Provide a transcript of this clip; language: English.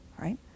right